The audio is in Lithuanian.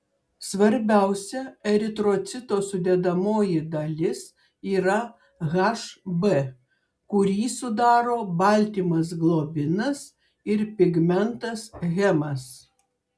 svarbiausia eritrocito sudedamoji dalis yra hb kurį sudaro baltymas globinas ir pigmentas hemas